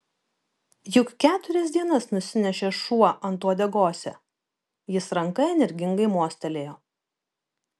juk keturias dienas nusinešė šuo ant uodegose jis ranka energingai mostelėjo